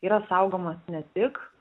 yra saugomas ne tik